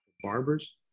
barbers